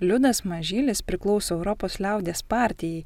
liudas mažylis priklauso europos liaudies partijai